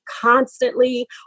constantly